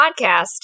Podcast